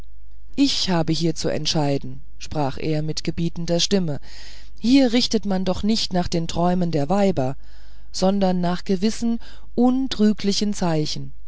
ich habe hier zu entscheiden sprach er mit gebietender stimme und hier richtet man nicht nach den träumen der weiber sondern nach gewissen untrüglichen zeichen